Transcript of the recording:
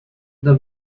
the